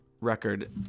record